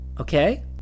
Okay